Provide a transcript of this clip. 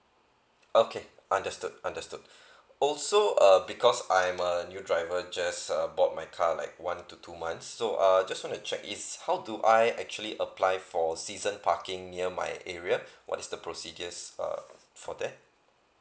okay understood understood also err because I am a new driver just uh bought my car like one to two months so uh just wanna check is how do I actually apply for season parking near my area what is the procedures uh for that